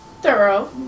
Thorough